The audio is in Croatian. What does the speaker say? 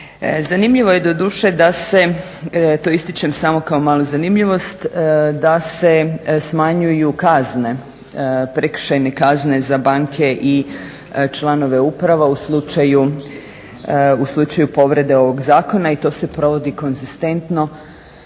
Zanimljivo je doduše da se ja to ističem samo kao malu zanimljivost da se smanjuju kazne, prekršajne kazne za banke i članove uprava u slučaju povrede ovog zakona i to se provodi konzistentno